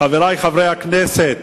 חברי חברי הכנסת,